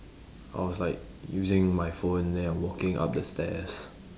I was like using my phone then I walking up the stairs